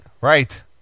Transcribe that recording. Right